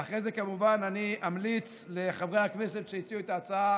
ואחרי זה כמובן אני ממליץ לחברי הכנסת שהציעו את ההצעה